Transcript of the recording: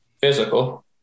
physical